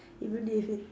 even if it